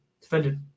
defended